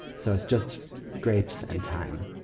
so it's just grapes and time.